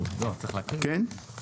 כן?